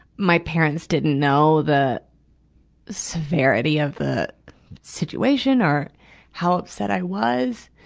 my parents didn't know the severity of the situation or how upset i was.